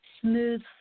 smooth